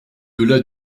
delà